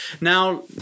Now